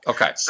Okay